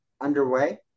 underway